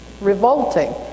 revolting